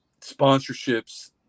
sponsorships